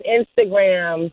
Instagram